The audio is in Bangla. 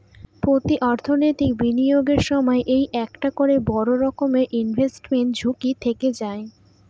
প্রতি অর্থনৈতিক বিনিয়োগের সময় এই একটা করে বড়ো রকমের ইনভেস্টমেন্ট ঝুঁকি থেকে যায়